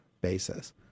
basis